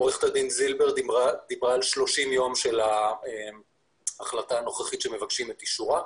עו"ד זילבר דיברה על 30 יום של ההחלטה הנוכחית שמבקשים את אישורה,